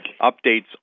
updates